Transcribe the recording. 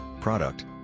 product